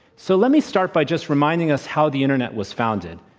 so, let me start by just reminding us how the internet was founded.